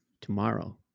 tomorrow